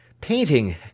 painting